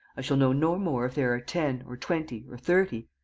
i shall know no more if there are ten, or twenty, or thirty.